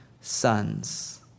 sons